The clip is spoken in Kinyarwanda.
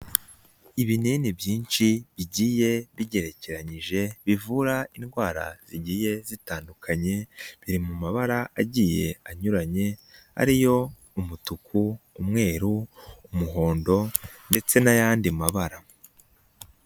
Ibinini byinshigiyeye bigerekeranyije, bivura indwara bigiye zitandukanye, biri mu mabara agiye anyuranye ariyo; umutuku, umweru, umuhondo ndetse n'ayandi mabara.